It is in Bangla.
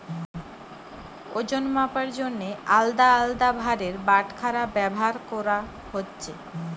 ওজন মাপার জন্যে আলদা আলদা ভারের বাটখারা ব্যাভার কোরা হচ্ছে